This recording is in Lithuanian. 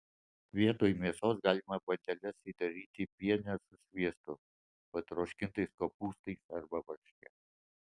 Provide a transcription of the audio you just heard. vietoj mėsos galima bandeles įdaryti piene su sviestu patroškintais kopūstais arba varške